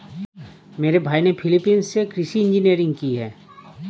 मेरे भाई ने फिलीपींस से कृषि इंजीनियरिंग की है